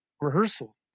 rehearsal